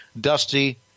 Dusty –